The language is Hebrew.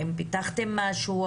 האם פיתחתם משהו?